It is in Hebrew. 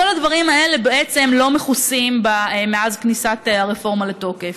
כל הדברים האלה בעצם לא מכוסים מאז כניסת הרפורמה לתוקף.